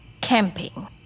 camping